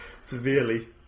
severely